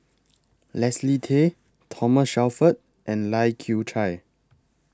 Leslie Tay Thomas Shelford and Lai Kew Chai